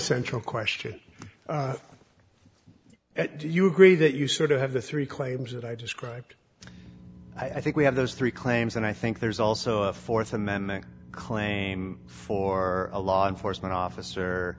central question at do you agree that you sort of have the three claims that i described i think we have those three claims and i think there's also a th amendment claim or a law enforcement